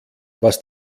was